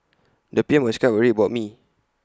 the P M was quite worried about me